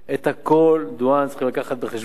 את הכול, דואן, צריכים להביא בחשבון.